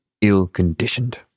ill-conditioned